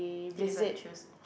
delivered shoes